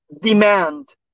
demand